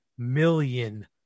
million